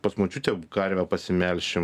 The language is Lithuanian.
pas močiutę karvę pasimelšim